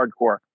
hardcore